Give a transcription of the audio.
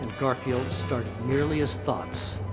garfield, started merely as thoughts.